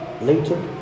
later